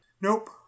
Nope